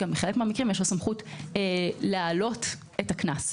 ובחלק מהמקרים יש לו סמכות להעלות את הקנס.